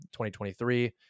2023